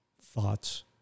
thoughts